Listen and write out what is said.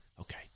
okay